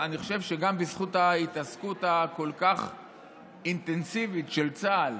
אני חושב שגם בזכות ההתעסקות הכל-כך אינטנסיבית של צה"ל